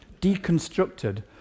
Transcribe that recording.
Deconstructed